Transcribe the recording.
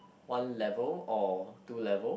one level or two level